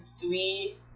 three